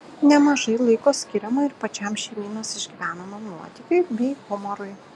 nemažai laiko skiriama ir pačiam šeimynos išgyvenamam nuotykiui bei humorui